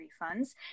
refunds